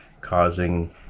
causing